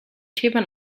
themen